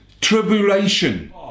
tribulation